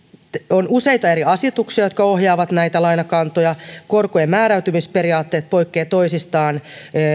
on useita eri asetuksia jotka ohjaavat näitä lainakantoja korkojen määräytymisperiaatteet poikkeavat toisistaan